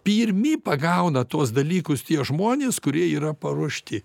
pirmi pagauna tuos dalykus tie žmonės kurie yra paruošti